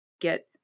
get